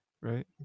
right